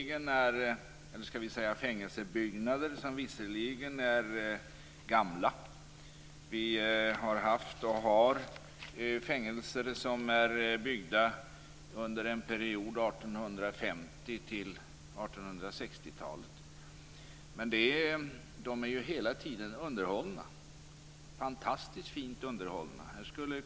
Det är visserligen fängelsebyggnader som är gamla - vi har haft och har fängelser som byggdes på 1850-1860-talet - men de är fantastiskt fint underhållna.